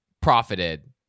profited